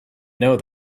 know